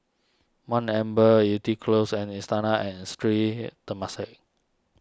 one Amber Yew Tee Close and Istana and Sri Temasek